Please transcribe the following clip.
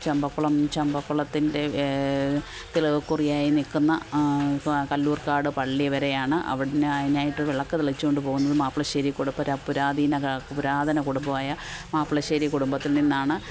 ചമ്പക്കൊളം ചമ്പക്കൊളത്തിൻ്റെ തിലകക്കുറിയായി നിൽക്കുന്ന കല്ലൂർക്കാട് പള്ളി വരെയാണ് അവിടെന്ന് നായിട്ട് വിളക്ക് തെളിച്ച് കൊണ്ട് പോകുന്നത് മാപ്പിളശ്ശേരി കുടപ്പുര പുരാതന പുരാതന കുടുംബമായ മാപ്ലശ്ശേരി കുടുംബത്തിൽ നിന്നാണ്